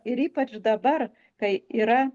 ir ypač dabar kai yra